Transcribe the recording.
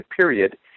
period